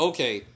Okay